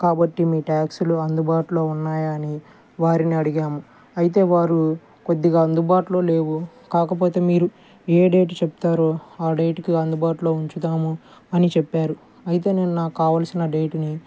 కాబట్టీ మీ ట్యాక్సీలు అందుబాటులో ఉన్నాయా అని వారిని అడిగాము అయితే వారు కొద్దిగా అందుబాటులో లేవు కాకపోతే మీరు ఏ డేట్ చెప్తారో ఆ డేట్కి అందుబాటులో ఉంచుతాము అని చెప్పారు అయితే నేను నాకు కావాల్సిన డేట్ని